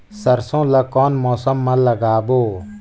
सरसो ला कोन मौसम मा लागबो?